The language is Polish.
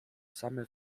same